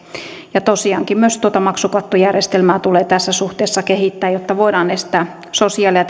ja tosiaankin myös tuota maksukattojärjestelmää tulee tässä suhteessa kehittää jotta voidaan estää sosiaali ja